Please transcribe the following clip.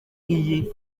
iyi